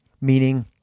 meaning